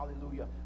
hallelujah